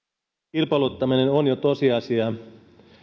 kilpailuttaminen on jo tosiasia